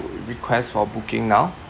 request for booking now